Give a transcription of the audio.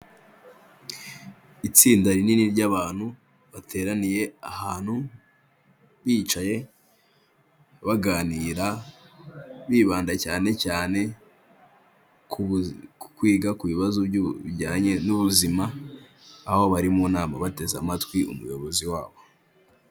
Itsinda rinini ry'abantu bateraniye ahantu bicaye baganira bibanda cyane cyane ku kwiga ku bibazo bijyanye n'ubuzima aho bari mu nama bateze amatwi umuyobozi wabo.